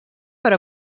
per